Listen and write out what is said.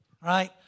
right